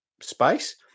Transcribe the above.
space